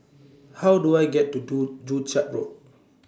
How Do I get to Do Joo Chiat Road